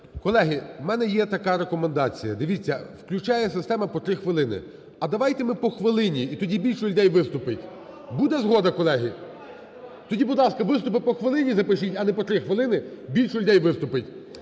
Колеги, у мене є така рекомендація. Дивіться, включає система по 3 хвилини. А давайте ми по хвилині, і тоді більше людей виступить. Буде згода, колеги? Тоді, будь ласка, виступи по хвилині запишіть, а не по 3 хвилини. Більше людей виступить.